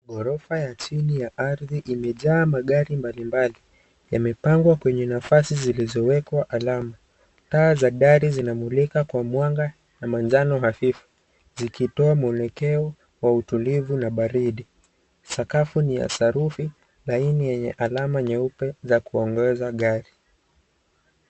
Ghorofa ya chini ya ardhi imejaa magari mbalimbali. Yamepagwa kwenye nafasi zilizowekwa alama. Taa za gari zinamulika kwa mwanga ya manjano afifu zikitoa mwelekeo wa utulivu na baridi. Sakafu ni ya sarufi laini yenye alama nyeupe za kuongoza gari.